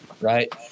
right